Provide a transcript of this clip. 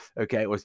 Okay